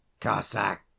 Cossack